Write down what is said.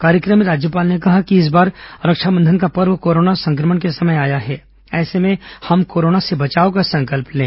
कार्यक्रम में राज्यपाल ने कहा कि इस बार रक्षाबंधन का पर्व कोरोना संक्रमण के समय आया है ऐसे में हम कोरोना से बचाव का संकल्प लें